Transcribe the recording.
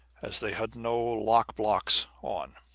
as they had no lock-blocks on.